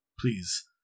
Please